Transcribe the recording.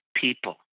people